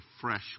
fresh